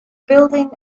building